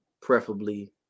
preferably